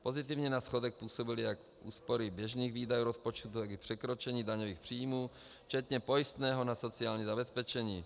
Pozitivně na schodek působily jak úspory běžných výdajů rozpočtu, tak i překročení daňových příjmů včetně pojistného na sociální zabezpečení.